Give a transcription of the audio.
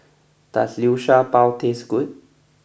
does Liu Sha Bao taste good